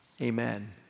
Amen